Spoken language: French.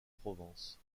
provence